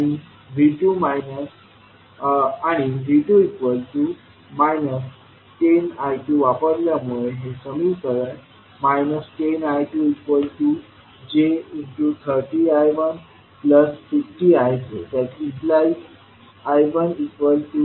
आणि V2 10 I2 वापरल्यामुळे हे समीकरण 10I2 j30I150I2I1 j2I2 होईल